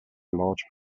large